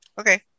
Okay